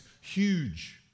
huge